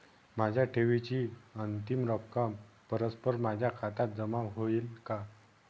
माझ्या ठेवीची अंतिम रक्कम परस्पर माझ्या खात्यात जमा होईल का?